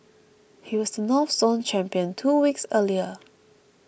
he was the North Zone champion two weeks earlier